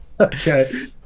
Okay